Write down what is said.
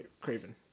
Craven